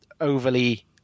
overly